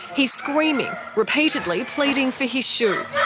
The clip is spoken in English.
he's screaming, repeatedly pleading for his shoe.